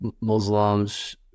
Muslims